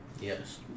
Yes